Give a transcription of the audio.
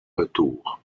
retour